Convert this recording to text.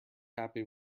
happy